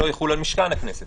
משכן הכנסת,